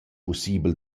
pussibel